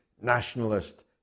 nationalist